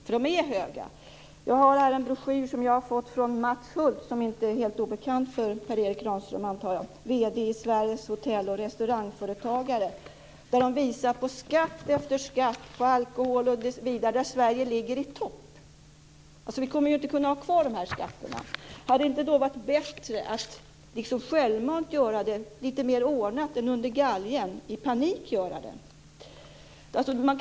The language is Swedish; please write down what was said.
För de är höga. Jag har här en broschyr som jag fått från Mats Hulth, vd i Sveriges hotell och restaurangföretagare, som inte är helt obekant för Per Erik Granström, antar jag. Den visar på att Sverige ligger i topp när det gäller skatt efter skatt, på alkohol osv. Vi kommer ju inte att kunna ha kvar dessa skatter. Hade det då inte varit bättre att självmant sänka dem lite mer ordnat än att göra det under galgen i panik?